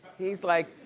he's like,